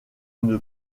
une